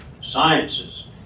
sciences